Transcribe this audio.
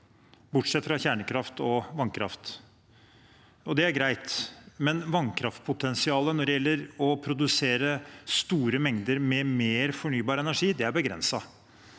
bortsett fra kjernekraft og vannkraft. Det er greit, men vannkraftpotensialet når det gjelder å produsere store mengder mer fornybar energi, er begrenset